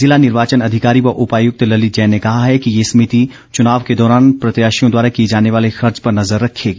जिला निर्वाचन अधिकारी व उपायुक्त ललित जैन ने कहा है कि ये समिति चुनाव के दौरान प्रत्याशियों द्वारा किए जाने वाले खर्च पर नज़र रखेगी